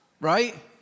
right